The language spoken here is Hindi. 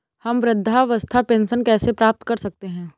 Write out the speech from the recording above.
हम वृद्धावस्था पेंशन कैसे प्राप्त कर सकते हैं?